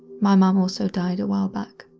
my mom also died a while back.